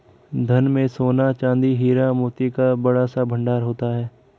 धन में सोना, चांदी, हीरा, मोती का बड़ा सा भंडार होता था